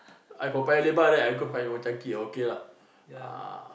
I from Paya Labar there I go find Old Chang Kee okay lah